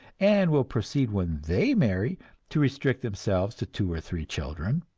and will proceed when they marry to restrict themselves to two or three children.